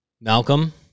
Malcolm